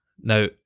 now